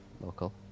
local